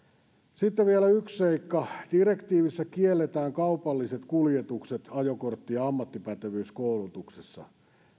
sitten vielä yksi seikka direktiivissä kielletään kaupalliset kuljetukset ajokortti ja ammattipätevyyskoulutuksessa